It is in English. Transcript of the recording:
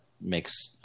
makes